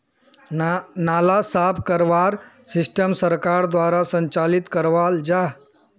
नाला साफ करवार सिस्टम सरकार द्वारा संचालित कराल जहा?